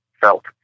felt